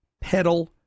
pedal